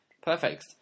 perfect